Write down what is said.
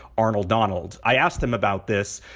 arnold donald. i asked him about this.